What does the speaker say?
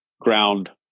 ground